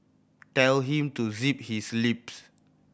tell him to zip his lip